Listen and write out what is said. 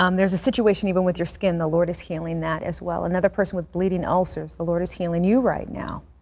um there is a situation even with your skin. the lord is healing that as well. another person, with bleeding ulcers, the lord is healing you right now.